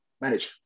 manage